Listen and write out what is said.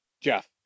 jeff